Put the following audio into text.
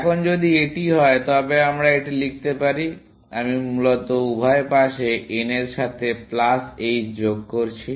এখন যদি এটি হয় তবে আমরা এটি লিখতে পারি আমি মূলত উভয় পাশে n এর সাথে প্লাস h যোগ করছি